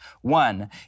One